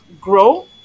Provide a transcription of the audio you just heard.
grow